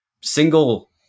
single